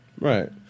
Right